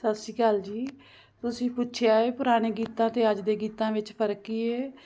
ਸਤਿ ਸ਼੍ਰੀ ਅਕਾਲ ਜੀ ਤੁਸੀਂ ਪੁੱਛਿਆ ਏ ਪੁਰਾਣੇ ਗੀਤਾਂ ਅਤੇ ਅੱਜ ਦੇ ਗੀਤਾਂ ਵਿੱਚ ਫਰਕ ਕੀ ਹੈ